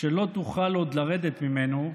שלא תוכל עוד לרדת ממנו,